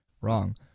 Wrong